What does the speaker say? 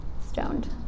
stoned